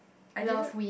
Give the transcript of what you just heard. I didn't